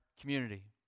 community